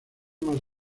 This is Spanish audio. más